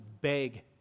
beg